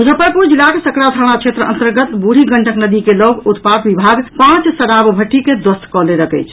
मुजफ्फरपुर जिलाक सकरा थाना क्षेत्र अंतर्गत बूढ़ी गंडक नदी के लऽग उत्पाद विभाग पांच शराब भट्ठी के ध्वस्त कऽ देलक अछि